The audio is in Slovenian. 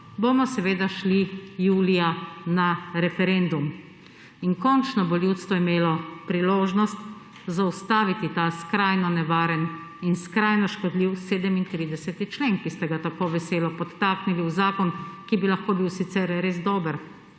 bomo seveda šli julija na referendum. In končno bo ljudstvo imelo priložnost zaustaviti ta skrajno nevaren in skrajno škodljiv 37. člen, ki ste ga tako veselo podtaknili v zakon, ki bi lahko bil sicer res dober.